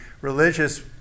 religious